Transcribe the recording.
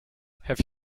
have